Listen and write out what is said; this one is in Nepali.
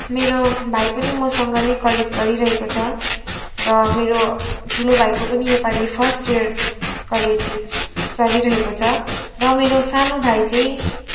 मेरो भाइ पनि मसँग नै कलेज गरिरहेको छ र मेरो ठुलो भाइको पनि योपालि फर्स्ट इयर कलेज चलिरहेको छ र मेरो सानो भाइ चाहिँ